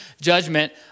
judgment